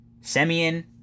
Semyon